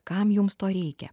kam jums to reikia